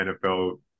NFL